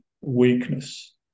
weakness